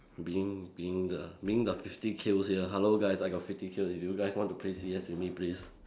being being the being the fifty kills here hello guys I got fifty kills if you guys want to play C_S with me please